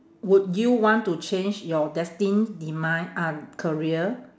would you want to change your destined demi~ ah career